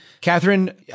Catherine